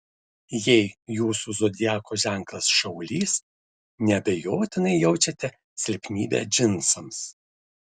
jei jūsų zodiako ženklas šaulys neabejotinai jaučiate silpnybę džinsams